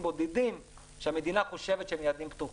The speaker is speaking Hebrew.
בודדים שהמדינה חושבת שהם יעדים פתוחים.